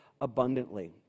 abundantly